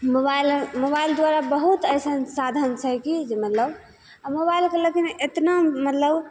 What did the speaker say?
mobile mobile द्वारा बहुत अइसन साधन छै कि जे मतलब आ मोबाइलके लेकिन एतना मतलब